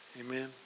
Amen